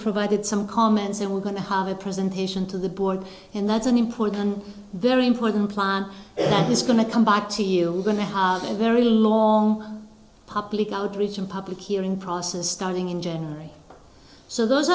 provided some comments and we're going to have a presentation to the board and that's an important very important plan that is going to come back to you are going to have a very long public outreach and public hearing process starting in january so those